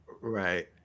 Right